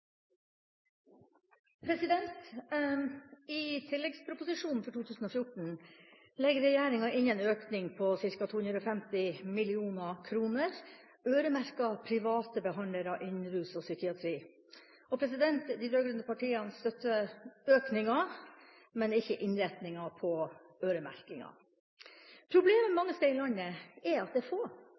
somatikk i alle helseregioner. «I Tilleggsprop. 1 S for 2014 legger regjeringa inn en økning på ca. 250 mill. kr øremerket private behandlere innen rus og psykiatri. Problemet mange steder i landet er at det er få